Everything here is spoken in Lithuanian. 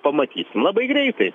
pamatysim labai greitai